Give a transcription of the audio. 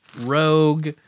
Rogue